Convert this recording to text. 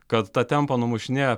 kad tą tempą numušinėja